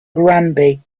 granby